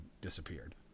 disappeared